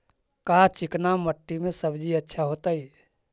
का चिकना मट्टी में सब्जी अच्छा होतै?